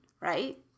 right